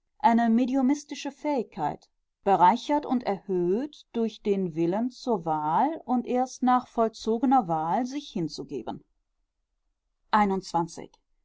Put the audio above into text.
eine mediumistische fähigkeit bereichert und erhöht durch den willen zur wahl und erst nach vollzogener wahl sich hinzugeben